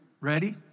Ready